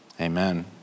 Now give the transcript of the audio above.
Amen